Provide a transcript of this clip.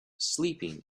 sleeping